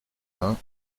vingt